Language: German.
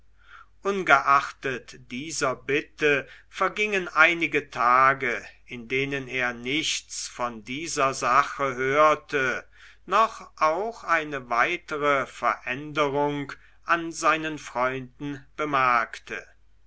ungeachtet dieser bitte vergingen einige tage in denen er nichts von dieser sache hörte noch auch eine weitere veränderung an seinen freunden bemerkte